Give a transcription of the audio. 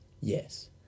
Yes